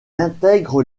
intègre